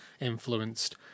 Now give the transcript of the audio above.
influenced